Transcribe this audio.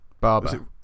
Barber